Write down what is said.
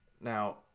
Now